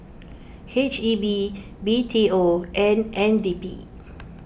H E B B T O and N D P